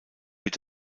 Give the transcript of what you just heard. wird